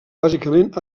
bàsicament